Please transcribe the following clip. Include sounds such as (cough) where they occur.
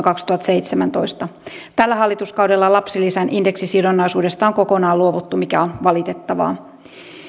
(unintelligible) kaksituhattaseitsemäntoista tällä hallituskaudella lapsilisän indeksisidonnaisuudesta on kokonaan luovuttu mikä on valitettavaa